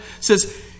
says